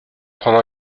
prendre